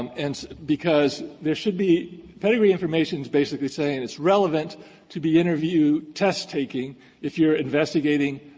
um and because there should be pedigree information is basically saying it's relevant to be interviewed, test taking if you're investigating